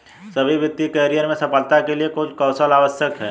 सभी वित्तीय करियर में सफलता के लिए कुछ कौशल आवश्यक हैं